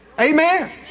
amen